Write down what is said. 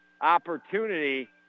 opportunity